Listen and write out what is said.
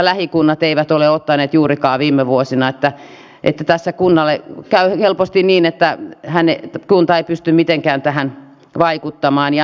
ei sillä ole mitään väliä jos sanotaan suoraan että hei me emme kiristä kuntien rahoitusasemaa valtionosuusleikkauksilla jos toista kautta tapahtuu sama asia ja vielä vähän voimakkaammin